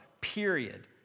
period